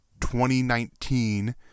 2019